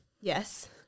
Yes